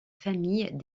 famille